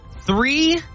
three